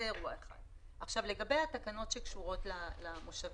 לגבי תקנות שקשורות למושבים.